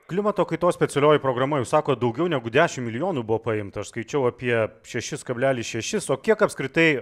klimato kaitos specialioji programa jūs sakot daugiau negu dešim milijonų buvo paimta aš skaičiau apie šešis kablelis šešis o kiek apskritai